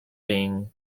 being